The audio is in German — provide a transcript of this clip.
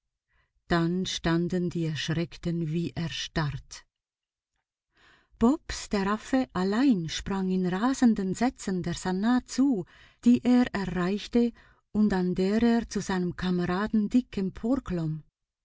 dann standen die erschreckten wie erstarrt bobs der affe allein sprang in rasenden sätzen der sannah zu die er erreichte und an der er zu seinem kameraden dick